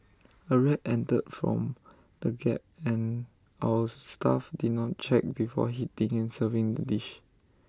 A rat entered from the gap and our staff did not check before heating and serving the dish